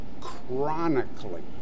chronically